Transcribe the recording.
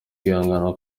kwihangana